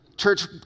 Church